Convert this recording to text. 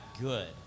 good